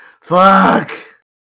Fuck